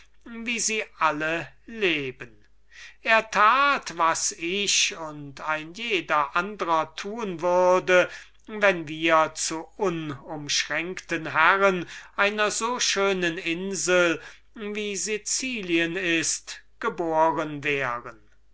wie sie alle leben er tat was ich und ein jeder andrer tun würde wenn wir zu unumschränkten herren einer so schönen insel wie sicilien ist geboren